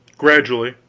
gradually,